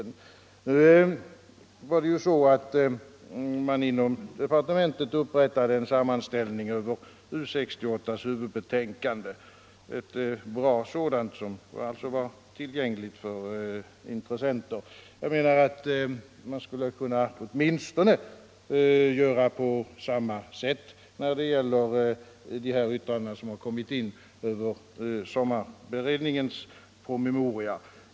Inom departementet upprättade man när det gällde U 68:s huvudbetänkande en sammanställning över remissvaren, en bra sådan, som alltså var tillgänglig för intressenter. Jag menar att man, åtminstone, skulle kunna göra på samma sätt när det gäller de yttranden som inkommit över sommarberedningens promemoria.